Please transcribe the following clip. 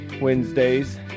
Wednesdays